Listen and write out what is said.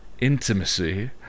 intimacy